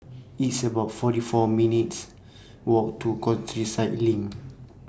It's about forty four minutes' Walk to Countryside LINK